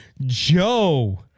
Joe